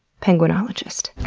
penguinologist.